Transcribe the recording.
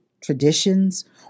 traditions